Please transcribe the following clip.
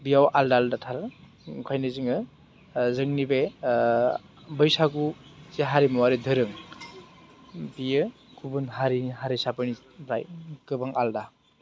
बेयाव आलादा आलादा थायो ओंखायनो जोङो जोंनि बे बैसागो जे हारिमुवारि दोरों बेयो गुबुन हारि हारिसानिफ्राय गोबां आलादा